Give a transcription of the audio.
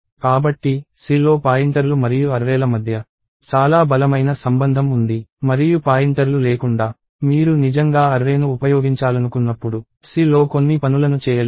కాబట్టి C లో పాయింటర్లు మరియు అర్రేల మధ్య చాలా బలమైన సంబంధం ఉంది మరియు పాయింటర్లు లేకుండా మీరు నిజంగా అర్రేను ఉపయోగించాలనుకున్నప్పుడు C లో కొన్ని పనులను చేయలేరు